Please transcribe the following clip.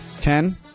Ten